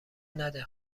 نده